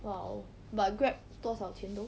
!wow! but grab 多少钱 though